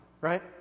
right